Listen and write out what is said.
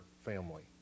family